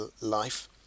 life